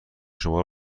شما